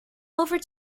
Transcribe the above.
over